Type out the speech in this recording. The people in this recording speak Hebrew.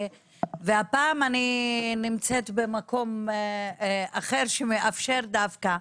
והפעם אני נמצאת במקום אחר שמאפשר דווקא,